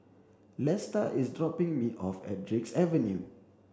Lesta is dropping me off at Drake Avenue